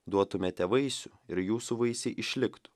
duotumėte vaisių ir jūsų vaisiai išliktų